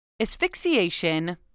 Asphyxiation